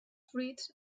fruits